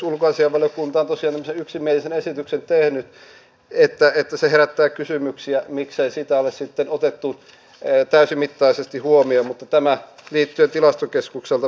onko ministeriössä ajateltu sitä vaihtoehtoa että muutettaisiin lainsäädäntöä niin että jos apteekkari täyttää nämä fimean asettamat kriteerit hän saa perustaa apteekin ja siten että nykyisestä kiinteästä lääkehinnasta muutettaisiin tämä hinta kattohinnaksi jolloinka kilpailu olisi mahdollista